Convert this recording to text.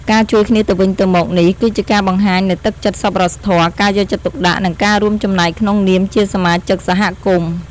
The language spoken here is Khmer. ការជួយគ្នាទៅវិញទៅមកនេះ គឺជាការបង្ហាញនូវទឹកចិត្តសប្បុរសធម៌ ការយកចិត្តទុកដាក់ និងការរួមចំណែកក្នុងនាមជាសមាជិកសហគមន៍។